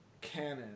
canon